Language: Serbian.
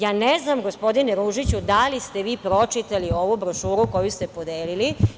Ja ne znam, gospodine Ružiću, da li ste vi pročitali ovu brošuru koju ste podelili.